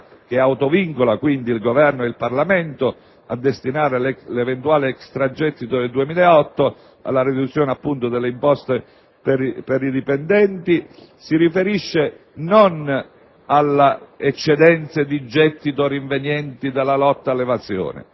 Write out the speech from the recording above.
che autovincola quindi il Governo e il Parlamento a destinare l'eventuale extragettito del 2008 alla riduzione, appunto, delle imposte per i dipendenti, si riferisce non alle eccedenze di gettito rivenienti dalla lotta all'evasione,